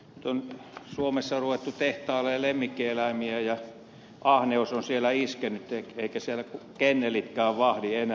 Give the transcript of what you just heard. nyt on suomessa ruvettu tehtailemaan lemmikkieläimiä ja ahneus on siellä iskenyt eivätkä siellä kennelitkään vahdi enää